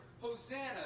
Hosanna